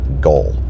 goal